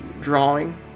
drawing